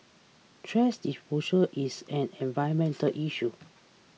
thrash disposal is an environmental issue